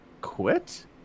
quit